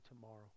tomorrow